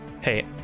Hey